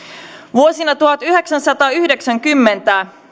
vuosina tuhatyhdeksänsataayhdeksänkymmentä